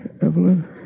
Evelyn